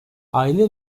aile